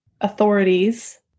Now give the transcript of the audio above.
authorities